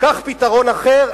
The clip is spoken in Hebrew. קח פתרון אחר,